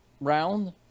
round